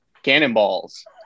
cannonballs